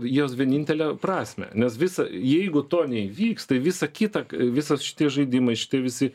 jos vienintelę prasmę nes visa jeigu to neįvyks tai visa kita visas šitie žaidimai šitie visi